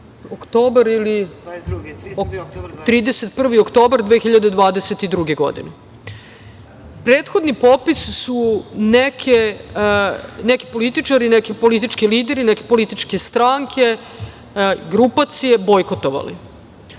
31. oktobar 2022. godine. Prethodni popis su neki političari, neki politički lideri, neke političke stranke, grupacije bojkotovali.